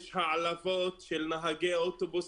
יש העלבות של נהגי אוטובוס.